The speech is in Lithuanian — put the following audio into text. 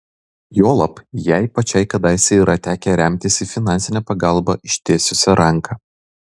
juolab jai pačiai kadaise yra tekę remtis į finansinę pagalbą ištiesusią ranką